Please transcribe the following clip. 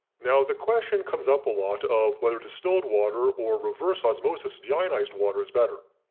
now the question comes up alot of whether distilled water or reverse osmosis deionized water is better.